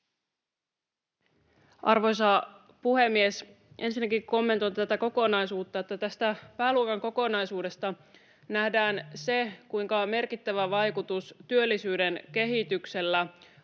Arvoisa puhemies! Ensinnäkin kommentoin tätä kokonaisuutta, että tästä pääluokan kokonaisuudesta nähdään se, kuinka merkittävä vaikutus työllisyyden kehityksellä